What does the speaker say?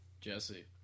Jesse